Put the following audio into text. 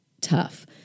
tough